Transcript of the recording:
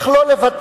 איך לא לוותר.